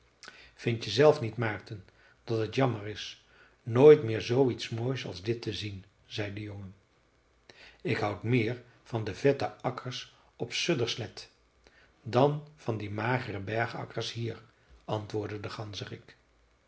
vind je zelf niet maarten dat het jammer is nooit meer zooiets moois als dit te zien zei de jongen ik houd meer van de vette akkers op söderslätt dan van die magere bergakkers hier antwoordde de